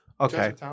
Okay